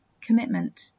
commitment